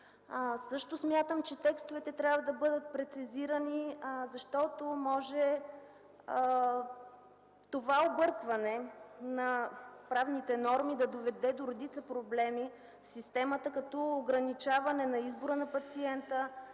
също смятам, че текстовете трябва да бъдат прецизирани, защото може това объркване на правните норми да доведе до редица проблеми в системата, като ограничаване избора на пациента,